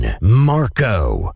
Marco